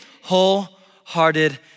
wholehearted